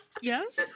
Yes